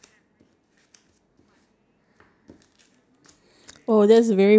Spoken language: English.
and now can see the statics from your life